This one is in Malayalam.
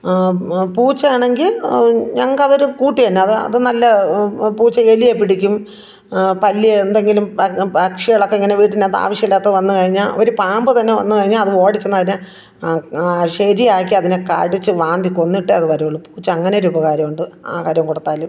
പൂച്ചയാണെങ്കിൽ ഞങ്ങൾക്ക് അതൊരു കൂട്ടു തന്നെ അതു നല്ല പൂച്ച എലിയെ പിടിക്കും പല്ലിയെ എന്തെങ്കിലും പ പക്ഷികളൊക്കെ ഇങ്ങനെ വീട്ടിനാവശ്യമല്ലാത്ത വന്നു കഴിഞ്ഞാൽ ഒരു പാമ്പു തന്നെ വന്നു കഴിഞ്ഞാൽ അത് ഓടിച്ചെന്ന് അതിനെ ശരിയാക്കി അതിനെ കടിച്ചു മാന്തി കൊന്നിട്ടെ അതു വരാറുള്ളൂ പൂച്ച അങ്ങനൊരുപകാരമുണ്ട് ആഹാരം കൊടുത്താലും